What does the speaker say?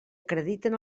acrediten